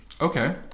Okay